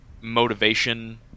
motivation